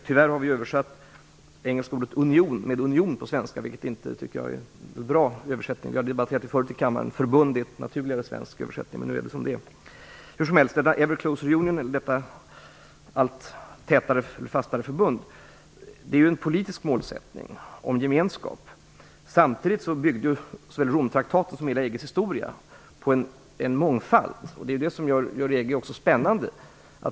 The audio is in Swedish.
Tyvärr har vi ju översatt den engelska ordet "union" med union på svenska, vilket jag inte tycker är någon bra översättning. Det har vi debatterat förut i kammaren. Jag tycker att förbund är en naturligare svensk översättning, men nu är det ju som det är. Detta "ever closer union" eller detta allt fastare förbund är en politisk målsättning om gemenskap. Samtidigt byggdes väl Romtraktaten, som är hela EG:s historia, på mångfald. Det är det som också gör EG spännande.